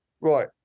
right